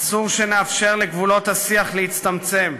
אסור שנאפשר לגבולות השיח להצטמצם.